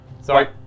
sorry